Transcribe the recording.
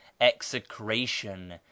execration